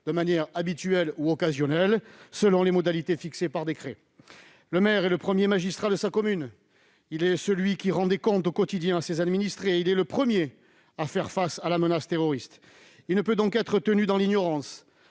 de manière habituelle ou occasionnelle, selon des modalités fixées par décret. Le maire est le premier magistrat de sa commune ; il est celui qui rend des comptes au quotidien à ses administrés et le premier à faire face à la menace terroriste. Il ne peut donc être tenu dans l'ignorance.